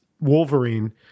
Wolverine